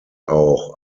auch